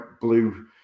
blue